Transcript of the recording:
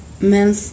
men